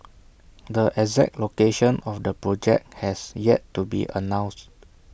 the exact location of the project has yet to be announced